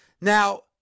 Now